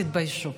תתביישו.